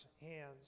hands